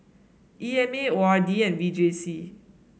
E M A O R D and V J C